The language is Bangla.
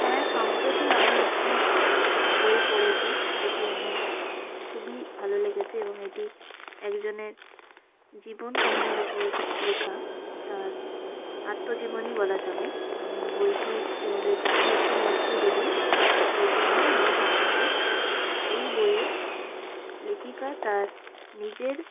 হ্যাঁ সম্প্রতি আমি একটি বই পড়েছি যেটি আমার খুবই ভালো লেগেছে এবং এটি একজনের জীবন কাহিনির ওপর লেখা তার আত্মজীবনী বলা চলে বইটির লেখিকা হচ্ছেন মৈত্রেয়ী দেবী বইটির নাম ন হন্যতে এই বইয়ে লেখিকা তার নিজের